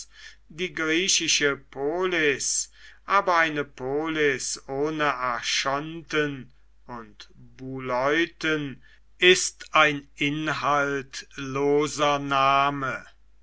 die griechische polis aber eine polis ohne archonten und buleuten ist ein inhaltloser name